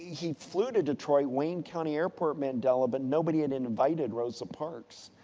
he flew to detroit, wayne county airport, mandela, but nobody and invited rosa parks.